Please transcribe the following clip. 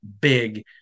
big